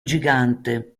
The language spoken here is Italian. gigante